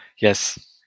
Yes